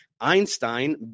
Einstein